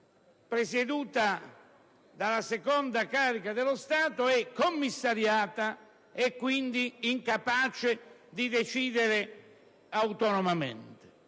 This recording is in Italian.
presieduta dalla seconda carica dello Stato, è comunque commissariata e, quindi, incapace di decidere autonomamente.